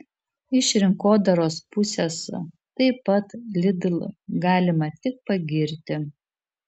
iš rinkodaros pusės taip pat lidl galima tik pagirti